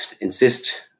insist